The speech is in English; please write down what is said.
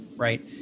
right